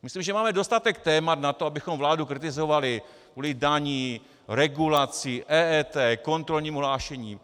Myslím, že máme dostatek témat na to, abychom vládu kritizovali kvůli daním, regulaci, EET, kontrolnímu hlášení.